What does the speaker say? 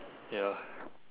ya